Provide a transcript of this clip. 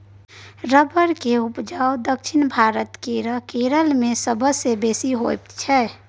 rubber केर उपजा दक्षिण भारत केर केरल मे सबसँ बेसी होइ छै